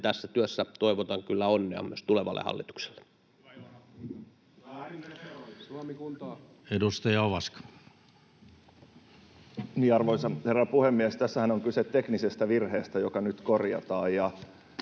tässä työssä toivotan kyllä onnea myös tulevalle hallitukselle. [Sebastian Tynkkynen: Väärin referoitu!] Edustaja Ovaska. Arvoisa herra puhemies! Tässähän on kyse teknisestä virheestä, joka nyt korjataan.